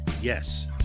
Yes